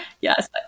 yes